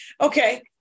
okay